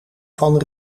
van